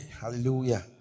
Hallelujah